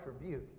rebuke